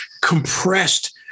compressed